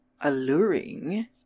alluring